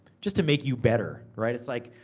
just to make you better, right? it's like,